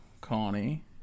Connie